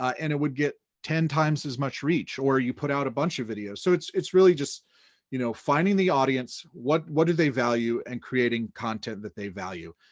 and it would get ten times as much reach, or you put out a bunch of videos. so it's it's really just you know finding the audience, what what do they value, and creating content that they value,